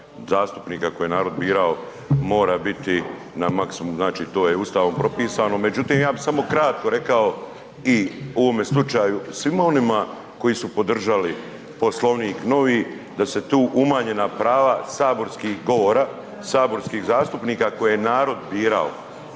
zastupnika koje je narod birao mora biti na maksimum, to je Ustavom propisano. Međutim ja bih samo kratko rekao i u ovome slučaju svima onima koji su podržali Poslovnik novi da su tu umanjena prava saborskih govora, saborskih zastupnika koje je narod birao.